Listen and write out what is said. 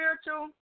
Spiritual